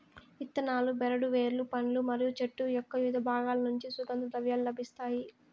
ఇత్తనాలు, బెరడు, వేర్లు, పండ్లు మరియు చెట్టు యొక్కవివిధ బాగాల నుంచి సుగంధ ద్రవ్యాలు లభిస్తాయి